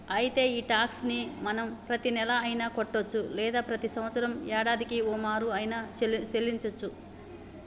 అయితే ఈ టాక్స్ ని మనం ప్రతీనెల అయిన కట్టొచ్చు లేదా ప్రతి సంవత్సరం యాడాదికి ఓమారు ఆయిన సెల్లించోచ్చు